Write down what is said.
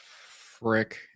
frick